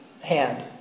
hand